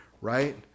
right